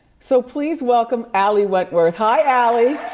so, please welcome ali wentworth. hi, ali.